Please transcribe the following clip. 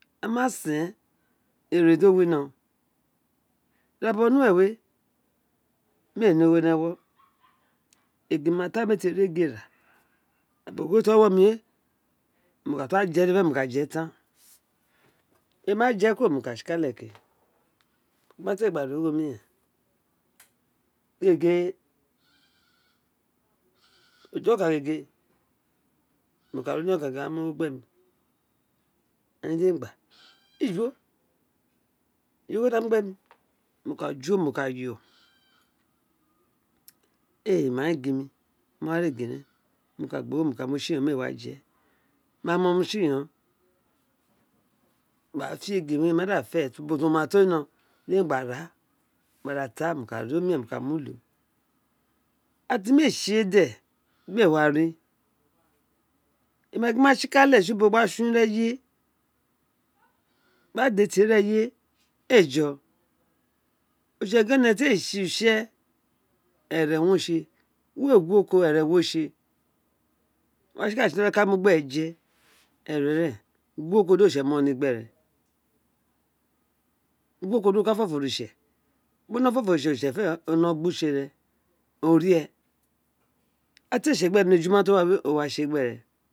A ma sen ere do wino ira bo̱bo̱ ni uwe we mi a ni ogho ni ewo egin ma tan mi èē rr egin ra ira bobo ogho tr o wi ewo mi we mo ka da tu je dede mo ka je tan emi ma je kuro mo ka tsi kale ke gbi ma le ri ogho omiren ēē tsi gin ojo okan gege mo ka wino a ka ma ogho gbemi a gin di emi gba ijo eyi uruen te a me ghi emo mo ka yọ ēē ma gin egin me ma re, gba ra gba mi ogho we tsi ọo gba fe egin ni ubo brmo to ni yen din emi gba ra ma ka da ta gba da lo gba da mu fu kra ti mi ee tse de me wa re emi ma gin di emi tsikale tse ubo gba tson ireye gba di la ti ireye a yo oritse gin one te a tse utse ore wo ga wo oko ere wo tse wo ka ka tsika le ni ileoli a ka ka mu gbi eṟ̄ē je ērē ren gu wo ko na oritse do mi ewo ni gbere gu wo deo di wo ka fo ofo oritse wa ka gbo tere o ri ee ira ti a tse gbemi ni eju ma bo wa we o wa tse gbo mi ni